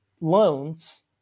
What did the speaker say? loans